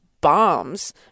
bombs